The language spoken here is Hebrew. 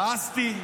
כעסתי,